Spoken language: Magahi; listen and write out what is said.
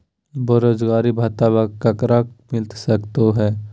बेरोजगारी भत्ता ककरा मिलता सको है?